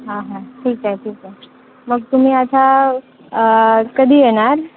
हां हां ठीक आहे ठीक आहे मग तुम्ही आता कधी येणार